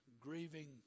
grieving